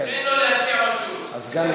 תן לו להציע מה שהוא רוצה.